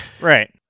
Right